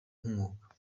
nk’umwuga